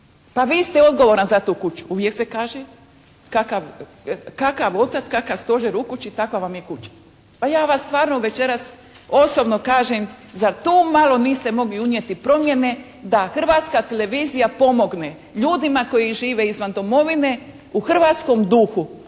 Pa vi ste odgovoran za tu kuću. Uvijek se kaže kakav, kakav otac, kakav stožer u kući takva vam je kuća. Pa ja vas stvarno večeras osobno kažem zar to malo niste mogli unijeti promjene da Hrvatska televizija pomogne ljudima koji žive izvan domovine u hrvatskom duhu